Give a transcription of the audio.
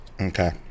Okay